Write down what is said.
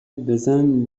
بزن